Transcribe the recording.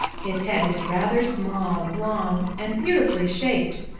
his head is rather small, long and beautifully shaped.